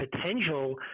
potential